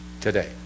today